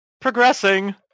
progressing